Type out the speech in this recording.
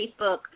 Facebook